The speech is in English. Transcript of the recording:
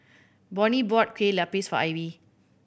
Bonny bought Kueh Lapis for Ivy